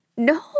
No